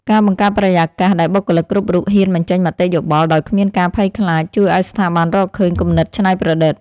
ការបង្កើតបរិយាកាសដែលបុគ្គលិកគ្រប់រូបហ៊ានបញ្ចេញមតិយោបល់ដោយគ្មានការភ័យខ្លាច ជួយឱ្យស្ថាប័នរកឃើញគំនិតច្នៃប្រឌិត។